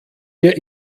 mir